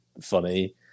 funny